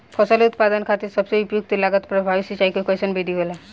फसल उत्पादन खातिर सबसे उपयुक्त लागत प्रभावी सिंचाई के कइसन विधि होला?